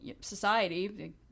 society